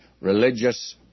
religious